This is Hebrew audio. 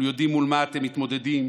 אנחנו יודעים מול מה אתם מתמודדים,